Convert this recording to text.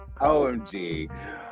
OMG